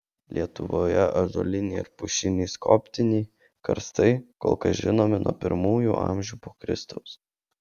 lietuvoje ąžuoliniai ar pušiniai skobtiniai karstai kol kas žinomi nuo pirmųjų amžių po kristaus